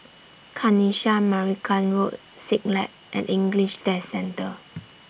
Kanisha Marican Road Siglap and English Test Centre